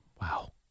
Wow